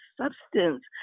substance